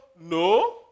No